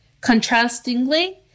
Contrastingly